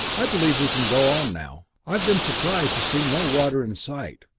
i believe we can go on now. i have been surprised to see no water in sight,